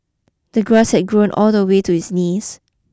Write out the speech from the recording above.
the grass had grown all the way to his knees